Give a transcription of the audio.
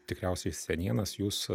tikriausiai senienas jūs